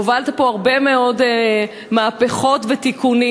והובלת פה הרבה מאוד מהפכות ותיקונים,